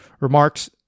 remarks